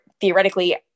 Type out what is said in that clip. theoretically